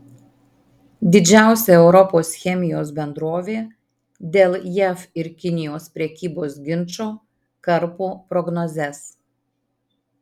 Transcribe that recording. didžiausia europos chemijos bendrovė dėl jav ir kinijos prekybos ginčo karpo prognozes